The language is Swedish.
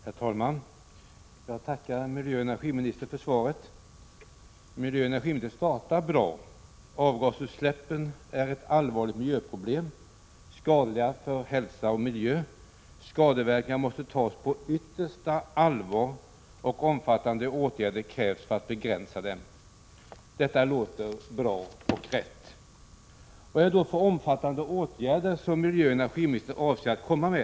Herr talman! Jag tackar miljöoch energiministern för svaret. Miljöoch energiministern börjar bra: Avgasutsläppen är ett allvarligt miljöproblem och är skadliga för hälsa och miljö. Skadeverkningarna måste tas på ”yttersta allvar”, och omfattande åtgärder krävs för att begränsa dem. Detta låter bra och riktigt. Vad är det då för omfattande åtgärder som miljöoch energiministern avser att komma med?